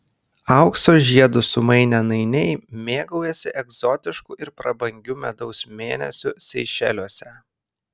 aukso žiedus sumainę nainiai mėgaujasi egzotišku ir prabangiu medaus mėnesiu seišeliuose